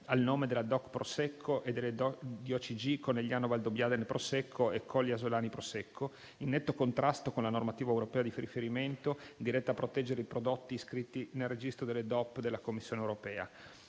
al nome della DOC "Prosecco" e delle DOCG "Conegliano Valdobbiadene Prosecco" e "Colli Asolani-Prosecco", in netto contrasto con la normativa europea di riferimento diretta a proteggere i prodotti iscritti nel registro delle DOP della Commissione europea.